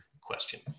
question